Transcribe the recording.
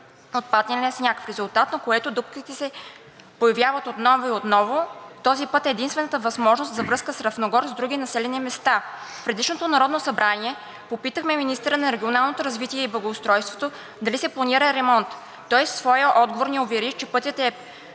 от падналия сняг, в резултат на което дупките се появяват отново и отново. Този път е единствената възможност за връзка на Равногор с други населени места. В предишното Народно събрание попитахме министъра на регионалното развитие и благоустройството дали се планира ремонт. Той в своя отговор ни увери, че пътят е